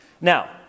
Now